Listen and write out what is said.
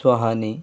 सुहानी